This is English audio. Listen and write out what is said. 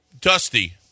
Dusty